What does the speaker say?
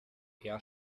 eher